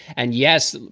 and yes,